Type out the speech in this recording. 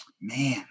man